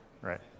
Right